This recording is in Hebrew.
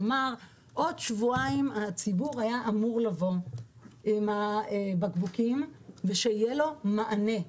כלומר עוד שבועיים הציבור היה אמור לבוא עם הבקבוקים ושיהיה לו מענה.